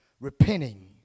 repenting